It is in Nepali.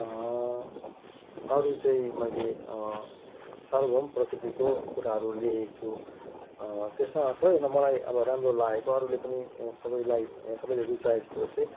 अरू चाहिँ मैले सार्वभौम प्रकृतिको कुराहरू लेखेको छु त्यसमा सबैभन्दा मलाई अब राम्रो लागेको अरूले पनि सबैलाई यहाँ सबैले रुचाएको कुरो चाहिँ